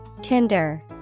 Tinder